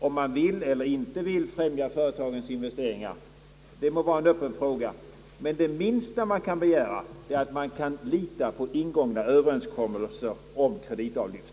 Om man vill eller inte vill främja företagens investeringar må vara en öppen fråga, men det minsta vi kan begära är att man skall kunna lita på ingångna överenskommelser om kreditavlyft.